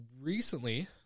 recently